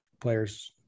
players